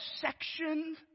section